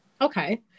Okay